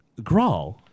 Grawl